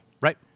Right